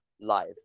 live